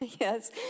Yes